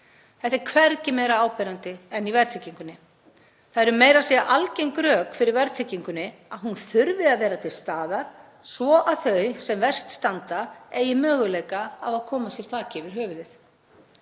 Þetta er hvergi meira áberandi en í verðtryggingunni. Það eru meira að segja algeng rök fyrir verðtryggingunni að hún þurfi að vera til staðar svo að þau sem verst standa eigi möguleika á að koma sér þaki yfir höfuðið.